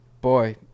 boy